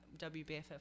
WBFF